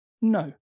No